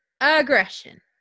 aggression